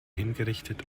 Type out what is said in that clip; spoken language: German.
hingerichtet